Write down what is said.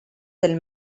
del